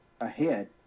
ahead